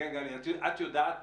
גלי, את יודעת